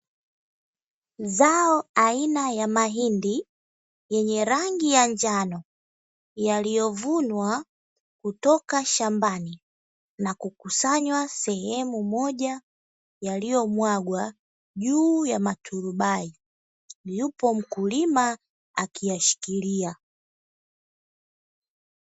Zao aina ya mahindi yenye rangi ya njano, yaliyovunwa kutoka shambani na kukusanywa sehemu moja; yaliyomwagwa juu ya maturubai. Yupo mkulima akiyashikilia.